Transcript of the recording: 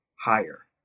higher